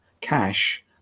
cash